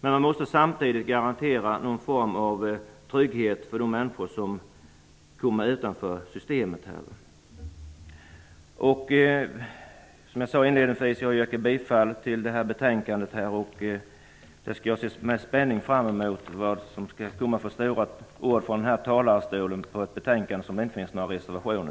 men man måste samtidigt garantera någon form av trygghet för de människor som hamnar utanför systemet. Som jag inledningsvis sade yrkar jag bifall till utskottets hemställan, och jag ser med spänning fram emot de stora ord som skall komma från denna talarstol med anledning av ett betänkande som inte föranlett några reservationer.